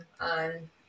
on